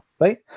right